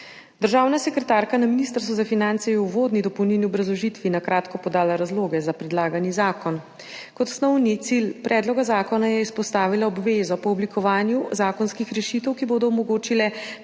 Državna sekretarka Ministrstva za finance je v uvodni dopolnilni obrazložitvi kratko podala razloge za predlagani zakon. Kot osnovni cilj predloga zakona je izpostavila obvezo po oblikovanju zakonskih rešitev, ki bodo omogočile nemoteno